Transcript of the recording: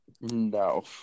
No